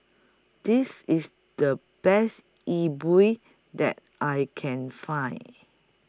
This IS The Best Yi Bua that I Can Find